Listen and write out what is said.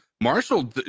Marshall